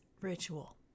ritual